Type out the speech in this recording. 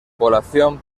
población